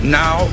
now